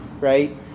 right